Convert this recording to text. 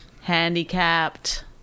handicapped